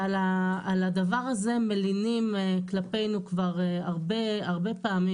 ועל הדבר הזה מלינים כלפינו כבר הרבה פעמים